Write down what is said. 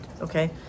okay